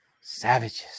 Savages